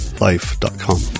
life.com